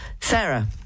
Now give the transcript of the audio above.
Sarah